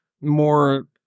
more